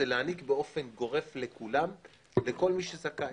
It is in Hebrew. היא להעניק באופן גורף לכל מי שזכאי.